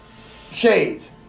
shades